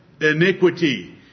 iniquity